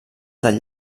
del